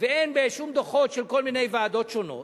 ואין בשום דוחות של כל מיני ועדות שונות?